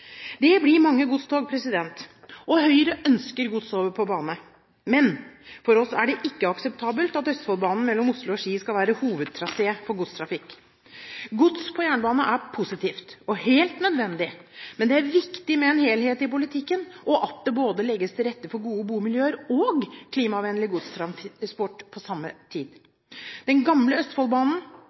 Det blir mange godstog. Høyre ønsker gods over på bane, men for oss er det ikke akseptabelt at Østfoldbanen mellom Oslo og Ski skal være hovedtrasé for godstrafikk. Gods på jernbane er positivt og helt nødvendig, men det er viktig med helhet i politikken, og at det legges til rette for både gode bomiljøer og klimavennlig godstransport på samme tid. Den gamle Østfoldbanen,